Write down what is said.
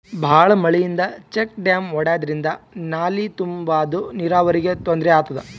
ಭಾಳ್ ಮಳಿಯಿಂದ check dam ಒಡ್ಯಾದ್ರಿಂದ ನಾಲಿ ತುಂಬಾದು ನೀರಾವರಿಗ್ ತೊಂದ್ರೆ ಆತದ